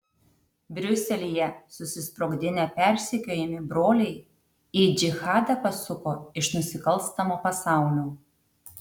briuselyje susisprogdinę persekiojami broliai į džihadą pasuko iš nusikalstamo pasaulio